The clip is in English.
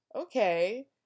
okay